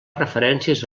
referències